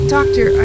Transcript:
Doctor